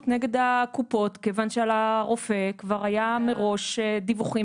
נגד הקופות כיוון שעל הרופא כבר היו מראש דיווחים